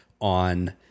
on